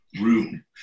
room